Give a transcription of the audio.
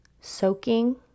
soaking